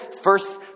first